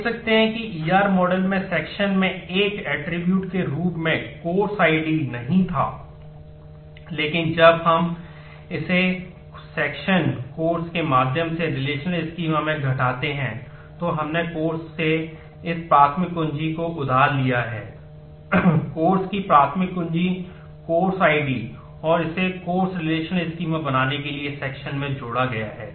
तो आप देख सकते हैं कि E R मॉडल में जोड़ा गया